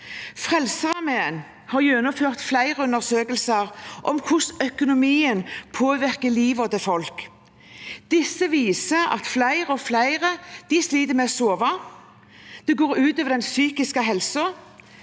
Frelsesarmeen har gjennomført flere undersøkelser om hvordan økonomien påvirker livet til folk. Disse viser at flere og flere sliter med å sove, at det går ut over den psykiske helsen.